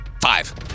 Five